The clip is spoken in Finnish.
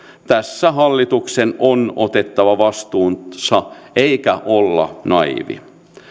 tässä hallituksen on otettava vastuunsa eikä oltava naiivi